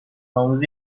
آموزی